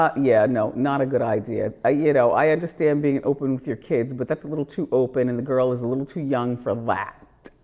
yeah, no, not a good idea. ah you know, i understand being open with your kids, but that's a little too open and the girl is a little too young for that.